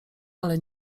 ale